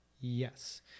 Yes